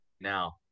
now